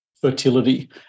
fertility